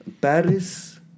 Paris